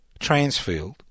Transfield